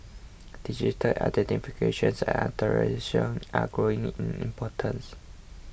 digital identification and authentication are growing in importance